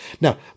Now